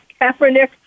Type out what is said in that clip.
Kaepernick